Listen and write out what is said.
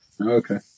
okay